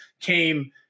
came